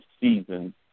season